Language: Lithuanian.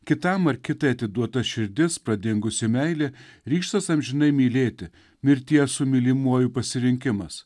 kitam ar kitai atiduota širdis pradingusi meilė ryžtas amžinai mylėti mirties su mylimuoju pasirinkimas